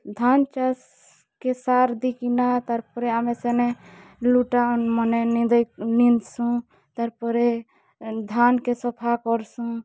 ଧାନ୍ ଚାଷ୍କେ ସାର୍ ଦେଇକିନା ତା'ର୍ପରେ ଆମେ ସେନେ ଲୁଟା ମାନେ ନେସୁଁ ତା'ର୍ ପରେ ଧାନ୍ କେ ସଫା କର୍ସୁଁ